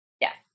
Yes